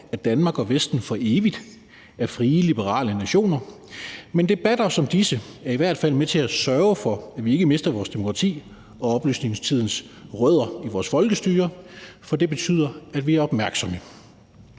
at Danmark og Vesten for evigt er frie liberale nationer, men debatter som disse er i hvert fald med til at sørge for, at vi ikke mister vores demokrati og rødderne fra oplysningstiden i vores folkestyre, for det betyder, at vi er opmærksomme.